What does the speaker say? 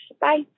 Bye